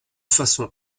façon